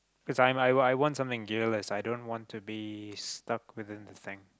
cause I I I want something gearless i don't want to be stuck within the thing